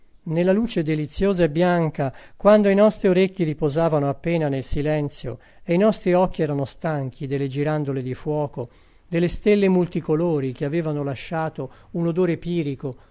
la luce deliziosa e bianca quando i nostri orecchi riposavano appena nel silenzio e i nostri occhi erano stanchi de le girandole di fuoco de le stelle multicolori che avevano lasciato un odore pirico